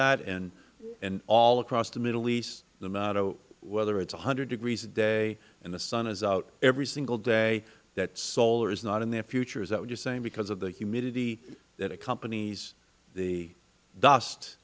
that and all across the middle east no matter whether it is one hundred degrees a day and the sun is out every single day that solar is not in their future is that what you are saying because of the humidity that accompanies the dust